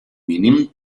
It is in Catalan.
mínim